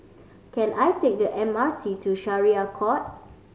can I take the M R T to Syariah Court